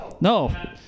No